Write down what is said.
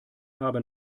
haben